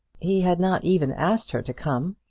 he had not even asked her to come,